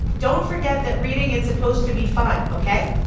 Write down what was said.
don't forget that reading is supposed to be fun, ok?